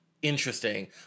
interesting